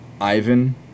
Ivan